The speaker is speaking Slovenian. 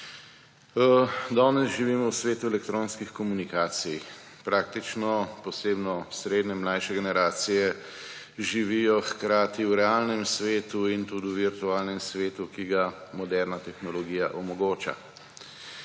Danes živimo v svetu elektronskih komunikacij. Še posebej srednje, mlajše generacije živijo hkrati v realnem svetu in tudi v virtualnem svetu, ki ga moderna tehnologija omogoča.